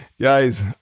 Guys